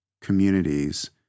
communities